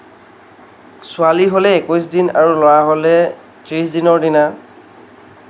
ছোৱালী হ'লে একৈছ দিন আৰু ল'ৰা হ'লে ত্ৰিছ দিনৰ দিনা